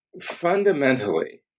fundamentally